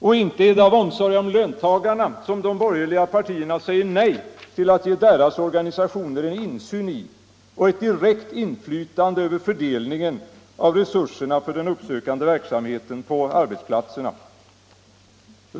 Och inte är det av omsorg om löntagarna som de borgerliga partierna säger nej till att ge deras organisationer insyn i och ett direkt inflytande över fördelningen av resurserna för den uppsökande verksamheten på arbetsplatserna.